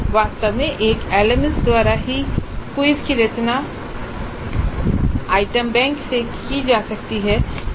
वास्तव में एक एलएमएस द्वारा ही क्विज की रचना आइटम बैंक से की जा सकती है